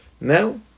now